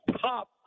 top